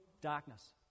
darkness